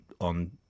on –